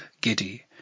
giddy